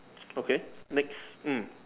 okay next mm